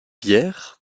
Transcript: pierre